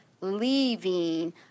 leaving